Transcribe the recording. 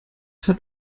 hat